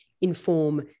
inform